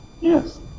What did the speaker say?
Yes